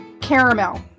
caramel